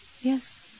Yes